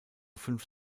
fünf